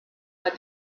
but